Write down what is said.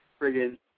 Friggin